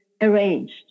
arranged